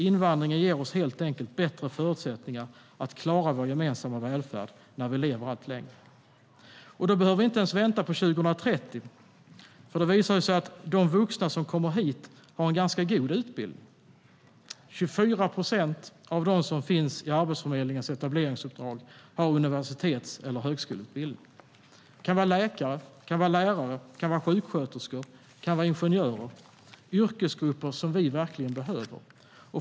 Invandringen ger oss helt enkelt bättre förutsättningar att klara vår gemensamma välfärd när vi lever allt längre. Då behöver vi inte ens vänta på 2030. Det visar sig att de vuxna som kommer hit har en ganska god utbildning. 24 procent av dem som finns i Arbetsförmedlingens etableringsuppdrag har universitets eller högskoleutbildning. Det kan vara läkare, lärare, sjuksköterskor eller ingenjörer - yrkesgrupper som vi verkligen behöver.